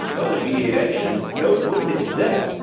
without the v eight engine, node wouldn't exist.